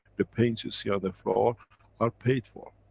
the paints you see on the floor are paid for,